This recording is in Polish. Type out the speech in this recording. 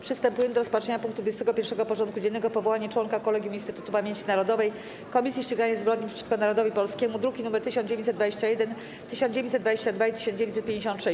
Przystępujemy do rozpatrzenia punktu 21. porządku dziennego: Powołanie członka Kolegium Instytutu Pamięci Narodowej - Komisji Ścigania Zbrodni przeciwko Narodowi Polskiemu (druki nr 1921, 1922 i 1956)